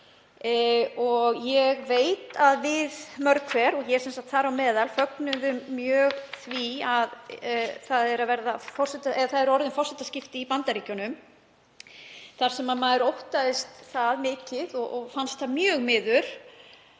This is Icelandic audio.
og ég veit að við mörg hver, og ég þar á meðal, fögnuðum mjög því að orðin eru forsetaskipti í Bandaríkjunum þar sem maður óttaðist það mikið og fannst það mjög miður,